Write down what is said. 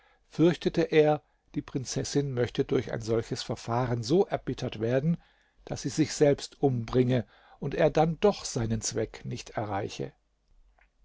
fürchtete er die prinzessin möchte durch ein solches verfahren so erbittert werden daß sie sich selbst umbringe und er dann doch seinen zweck nicht erreiche